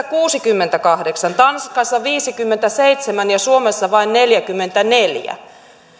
kuusikymmentäkahdeksan tanskassa viisikymmentäseitsemän ja suomessa vain neljäkymmentäneljä